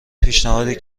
پیشنهادی